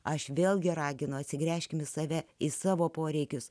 aš vėlgi raginu atsigręžkime į save į savo poreikius